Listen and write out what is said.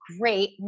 great